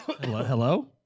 Hello